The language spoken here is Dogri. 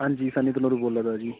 हां जी सन्नी बलोर बोल्ला दा जी